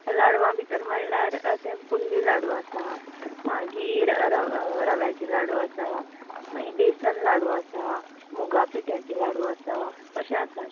लाडवां भितर म्हणल्यार ते बुंदी लाडू आसा मागीर रव्याचे लाडू आसा मागीर बेसन लाडू आसा मुगा पिट्याचे लाडू आसा अशें आसात